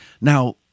Now